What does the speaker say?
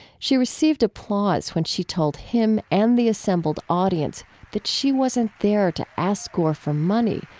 she received applause when she told him and the assembled audience that she wasn't there to ask gore for money.